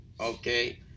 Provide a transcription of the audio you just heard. Okay